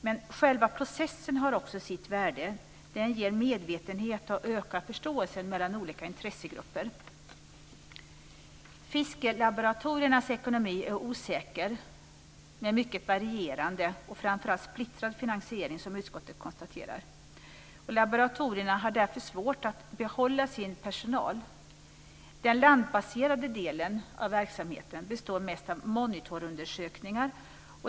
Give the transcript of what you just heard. Men själva processen har också sitt värde. Den ger medvetenhet och ökad förståelse mellan olika intressegrupper. Fiskelaboratoriernas ekonomi är osäker. Det är en mycket varierande och framför allt splittrad finansiering, som utskottet konstaterar. Laboratorierna har därför svårt att behålla sin personal. Den landbaserade delen av verksamheten består mest av monitorundersökningar.